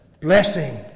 blessing